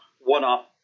one-off